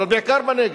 אבל בעיקר בנגב,